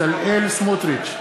בצלאל סמוטריץ,